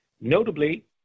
Notably